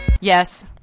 Yes